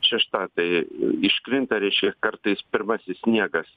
šešta tai iškrinta reiškia kartais pirmasis sniegas